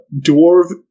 dwarf